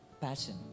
passion